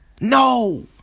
No